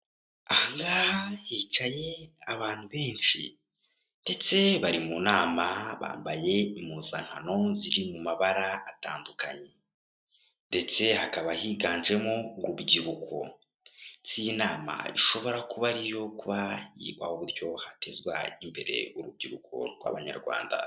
Ahangaha hicaye abantu benshi ndetse bari mu nama, bambaye impuzankano ziri mu mabara atandukanye, ndetse hakaba higanjemo urubyiruko, ndetse iyi nama ishobora kuba ari iyo kuba yiga uburyo hatezwa imbere urubyiruko rw'Abanyarwanda.